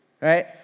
right